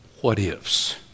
what-ifs